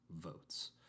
Votes